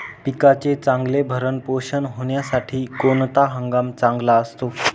पिकाचे चांगले भरण पोषण होण्यासाठी कोणता हंगाम चांगला असतो?